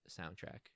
soundtrack